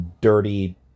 dirty